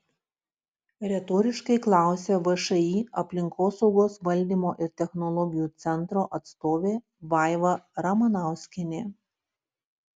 retoriškai klausia všį aplinkosaugos valdymo ir technologijų centro atstovė vaiva ramanauskienė